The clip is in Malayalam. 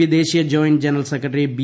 പി ദേശീയ ജോയിന്റ് ജനറൽ സെക്രട്ടറി ബി